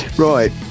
Right